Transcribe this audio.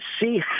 see